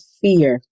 fear